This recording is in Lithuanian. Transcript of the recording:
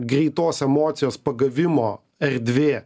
greitos emocijos pagavimo erdvė